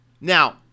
Now